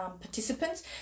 participants